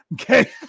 Okay